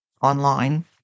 online